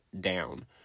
down